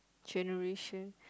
generation